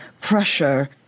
pressure